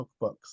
cookbooks